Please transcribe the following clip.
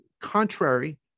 contrary